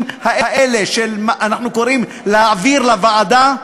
האלה שאנחנו קוראים להעביר לוועדה,